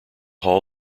hall